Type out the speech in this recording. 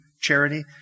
charity